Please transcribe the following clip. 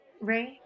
Ray